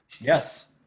yes